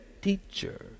Teacher